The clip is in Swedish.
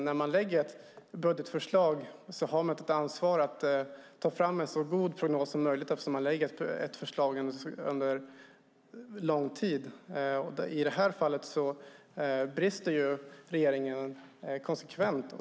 När man lägger fram ett budgetförslag har man ett ansvar för att ta fram en så god prognos som möjligt eftersom förslaget gäller en lång tid. I det här fallet brister regeringen konsekvent.